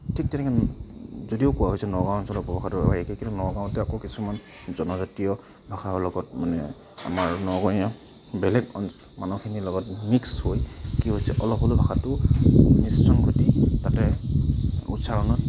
ঠিক তেনেকৈ যদিও কোৱা হৈছে নগাঁও অঞ্চলৰ উপভাষাটো একেই কিন্তু নগাঁৱতে আকৌ কিছুমান জনজাতীয় ভাষাৰ লগত মানে আমাৰ নগঞা বেলেগ মানুহখিনিৰ লগত মিক্স হৈ কি হৈছে অলপ হ'লেও ভাষাটো মিশ্ৰণ ঘটি তাতে উচ্চাৰণত